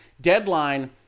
deadline